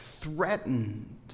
Threatened